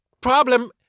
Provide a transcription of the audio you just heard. problem